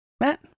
Matt